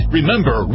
Remember